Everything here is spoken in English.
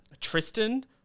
Tristan